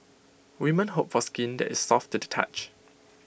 women hope for skin that is soft to the touch